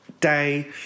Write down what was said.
day